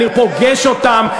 אני פוגש אותם,